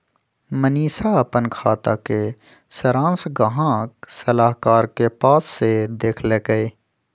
मनीशा अप्पन खाता के सरांश गाहक सलाहकार के पास से देखलकई